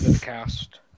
Cast